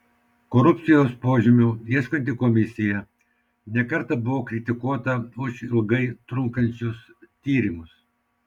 korupcijos požymių ieškanti komisija ne kartą buvo kritikuota už ilgai trunkančius tyrimus